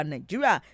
Nigeria